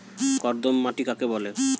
কর্দম মাটি কাকে বলে?